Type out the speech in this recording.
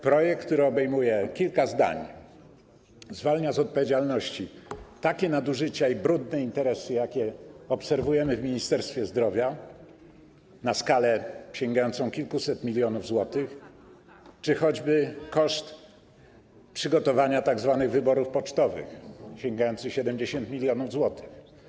Projekt, który obejmuje kilka zdań, zwalnia z odpowiedzialności za takie nadużycia i brudne interesy, jakie obserwujemy w Ministerstwie Zdrowia na skalę sięgającą kilkuset milionów złotych, czy choćby koszt przygotowania tzw. wyborów pocztowych sięgający 70 mln zł.